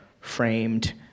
framed